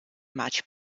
much